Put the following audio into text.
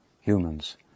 humans